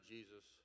Jesus